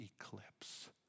eclipse